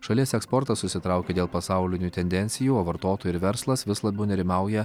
šalies eksportas susitraukė dėl pasaulinių tendencijų o vartotojai ir verslas vis labiau nerimauja